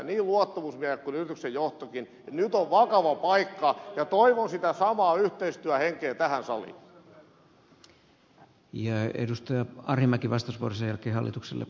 se henki siellä työpaikoilla on hyvä ja siellä ymmärtävät niin luottamusmiehet kuin yrityksen johtokin että nyt on vakava paikka